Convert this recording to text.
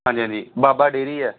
ਹਾਂਜੀ ਹਾਂਜੀ ਬਾਬਾ ਡੇਅਰੀ ਹੈ